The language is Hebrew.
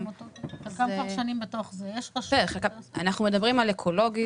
אנחנו מדברים על אקולוגי,